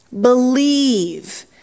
Believe